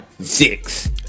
six